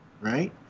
right